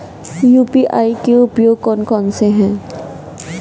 UPI के उपयोग कौन कौन से हैं?